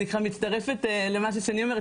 ואני ככה מצטרפת למה ששני אומרת,